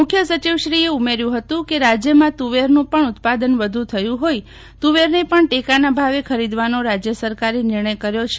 મુખ્ય સચિવશ્રીએ ઉમેર્યું હતું કે રાજ્યમાં તુવેરનું પણ ઉત્પાદન વધુ થયું હોઇ તુવરને પણ ટેકાના ભાવે ખરીદવાનો રાજ્ય સરકારે નિર્ણય કર્યો છે